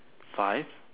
five